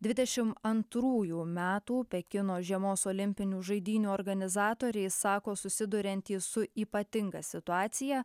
dvidešimt antrųjų metų pekino žiemos olimpinių žaidynių organizatoriai sako susiduriantys su ypatinga situacija